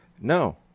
No